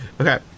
Okay